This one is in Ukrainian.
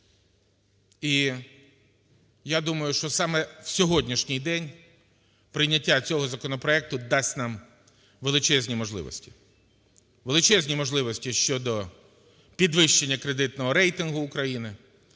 і я думаю, що саме в сьогоднішній день прийняття цього законопроекту дасть нам величезні можливості. Величезні можливості щодо підвищення кредитного рейтингу України,